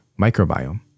microbiome